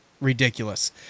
Ridiculous